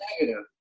negative